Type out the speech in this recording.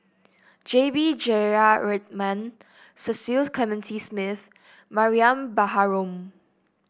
J B Jeyaretnam Cecil Clementi Smith Mariam Baharom